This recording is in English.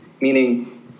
meaning